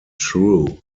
true